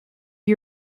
you